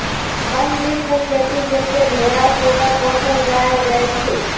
वन जीव के खेती जइसे भेरा सूगर पोशल जायल जाइ छइ